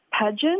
pageant